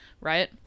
right